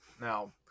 Now